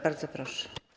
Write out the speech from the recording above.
Bardzo proszę.